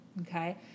okay